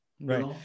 Right